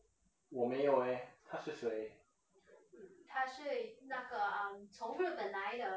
我没有 eh 她是谁